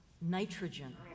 nitrogen